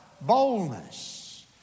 boldness